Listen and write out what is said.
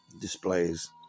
displays